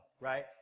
Right